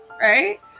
right